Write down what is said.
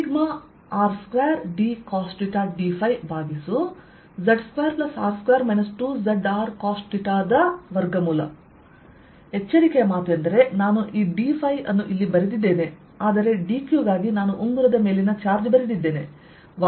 dSR2dcosθdϕ dV14π0R2dcosθdϕz2R2 2zRcosθ ಎಚ್ಚರಿಕೆಯ ಮಾತು ಎಂದರೆ ನಾನು ಈ dϕ ಅನ್ನು ಇಲ್ಲಿ ಬರೆದಿದ್ದೇನೆ ಆದರೆ dq ಗಾಗಿ ನಾನು ಉಂಗುರದ ಮೇಲಿನ ಚಾರ್ಜ್ ಬರೆದಿದ್ದೇನೆ